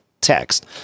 text